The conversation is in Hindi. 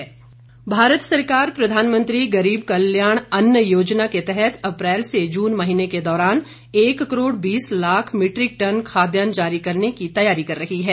पीएमजीकेएवाई भारत सरकार प्रधानमंत्री गरीब कल्याण अन्न योजना के तहत अप्रैल से जून महीने के दौरान एक करोड़ बीस लाख मीट्रिक टन खाद्यान जारी करने की तैयारी कर रही है